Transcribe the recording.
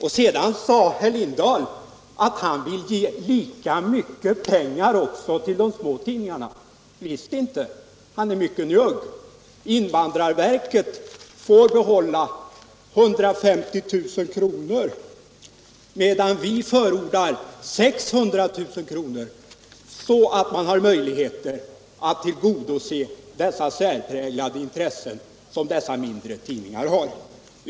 Sedan sade herr Lindahl att han vill ge lika mycket pengar som vi socialdemokrater till de små tidningarna. Visst inte! Han är mycket njugg! Invandrarverket får enligt utskottsmajoritetens förslag behålla 150 000 kr., medan vi förordar 600 000 kr., vilket ger möjligheter att tillgodose de särpräglade intressen som dessa mindre tidningar har.